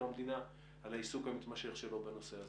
המדינה על העיסוק המתמשך שלו בנושא הזה.